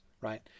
right